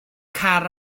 car